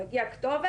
זה מגיע כתובת,